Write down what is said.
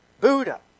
Buddha